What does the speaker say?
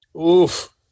oof